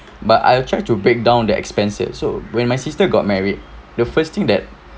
but I'll try to break down the expenses so when my sister got married the first thing that